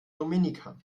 dominica